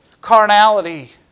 carnality